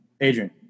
Adrian